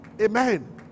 amen